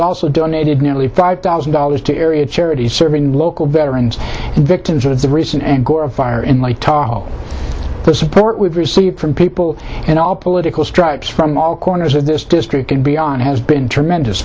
also donated nearly five thousand dollars to area charities serving local veterans and victims of the recent and gore fire in the support we've received from people in all political stripes from all corners of this district and beyond has been tremendous